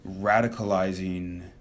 radicalizing